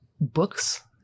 books